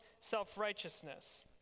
self-righteousness